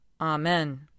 Amen